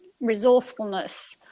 resourcefulness